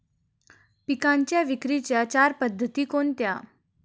पिकांच्या विक्रीच्या चार पद्धती कोणत्या?